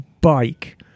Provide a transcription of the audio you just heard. bike